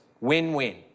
win-win